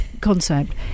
concept